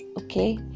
okay